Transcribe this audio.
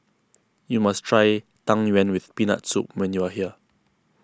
you must try Tang Yuen with Peanut Soup when you are here